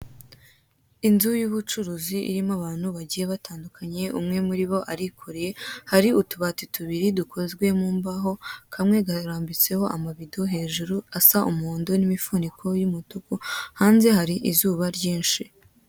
Inzu y'ubucuruzi irimo abantu bagiye batandukanye umwe muribo arikoreye, hari utubati tubiri dukozwe mu mbaho kamwe karambitseho amabido hejuru asa umuhondo n'imifuniko y'umutuku, hanze hari izuba ryinshi.